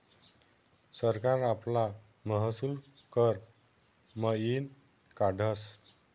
सरकार आपला महसूल कर मयीन काढस